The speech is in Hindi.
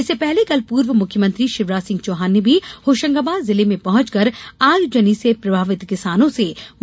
इसके पहले कल पूर्व मुख्यमंत्री शिवराज सिंह चौहान ने भी होशंगाबाद जिले में पहुंचकर आगजनी से प्रभावित किसानों से मुलाकात की थी